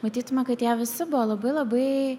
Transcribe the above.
matytume kad jie visi buvo labai labai